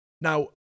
Now